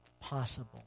possible